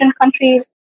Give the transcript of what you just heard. countries